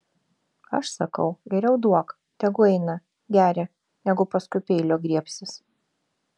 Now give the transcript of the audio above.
aš sakau geriau duok tegu eina geria negu paskui peilio griebsis